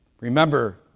Remember